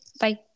Bye